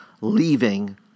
leaving